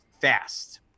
fast